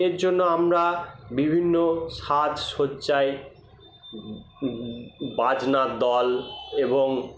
এর জন্য আমরা বিভিন্ন সাজ সজ্জায় বাজনার দল এবং